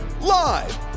Live